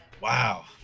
Wow